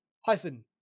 hyphen